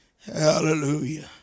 Hallelujah